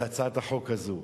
בהצעת החוק הזאת.